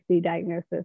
diagnosis